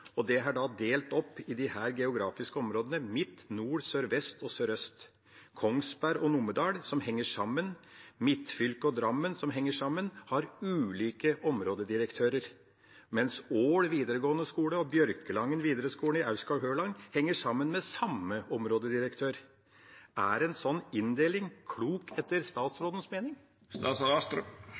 og det er delt opp i disse geografiske områdene: midt, nord, sørvest og sørøst. Kongsberg og Numedal, som henger sammen, midtfylket og Drammen, som henger sammen, har ulike områdedirektører, mens Ål videregående skole og Bjørkelangen videregående skole i Aurskog-Høland henger sammen med samme områdedirektør. Er en sånn inndeling klok etter statsrådens mening?